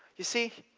you see,